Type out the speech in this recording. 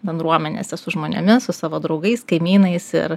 bendruomenėse su žmonėmis su savo draugais kaimynais ir